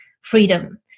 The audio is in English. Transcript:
freedom